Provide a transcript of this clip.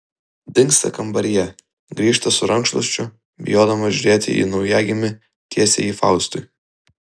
dingsta kambaryje grįžta su rankšluosčiu bijodama žiūrėti į naujagimį tiesia jį faustui